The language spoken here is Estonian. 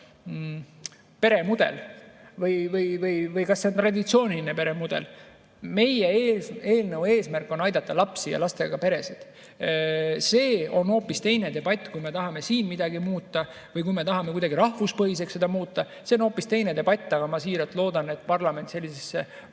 peremudel, kas see ikka on traditsiooniline peremudel. Meie eelnõu eesmärk on aidata lapsi ja lastega peresid. See [oleks] hoopis teine debatt, kui me tahaksime siin midagi muuta, näiteks kui me tahaksime toetusi kuidagi rahvuspõhiseks muuta. See [oleks] hoopis teine debatt. Aga ma siiralt loodan, et parlament sellisesse